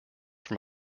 from